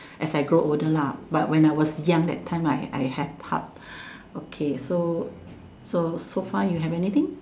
as I grow older lah but when I was young that time I I have half okay so so so far you have anything